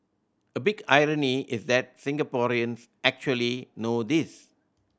a big irony is that Singaporeans actually know this